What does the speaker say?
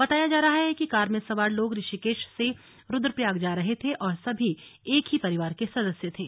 बताया जा रहा है कि कार में सवार लोग ऋषिकेश से रुद्रप्रयाग जा रहे थे और सभी एक ही परिवार के सदस्य थे